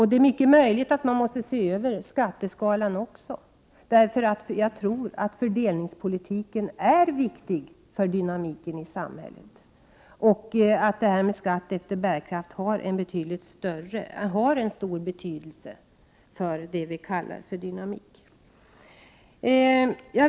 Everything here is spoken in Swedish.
Det är mycket möjligt att man måste se över skatteskalan också, för jag tror att fördelningspolitiken är viktig för dynamiken i samhället. Skatt efter bärkraft har stor betydelse för det vi kallar dynamik.